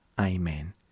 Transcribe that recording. Amen